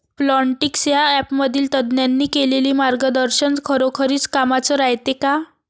Plantix या ॲपमधील तज्ज्ञांनी केलेली मार्गदर्शन खरोखरीच कामाचं रायते का?